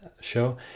show